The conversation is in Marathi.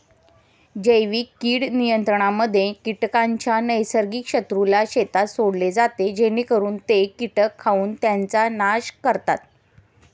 जैविक कीड नियंत्रणामध्ये कीटकांच्या नैसर्गिक शत्रूला शेतात सोडले जाते जेणेकरून ते कीटक खाऊन त्यांचा नाश करतात